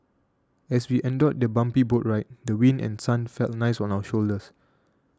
as we endured the bumpy boat ride the wind and sun felt nice on our shoulders